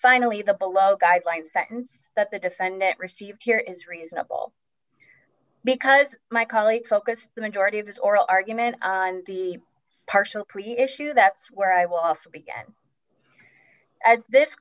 finally the below guidelines sentence that the defendant received here is reasonable because my colleague focused the majority of this oral argument on the partial korea issue that's where i will also be again as this